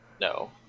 No